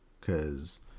cause